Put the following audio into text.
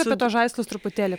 apie tuos žaislus truputėlį